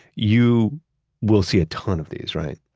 you will see a ton of these, right?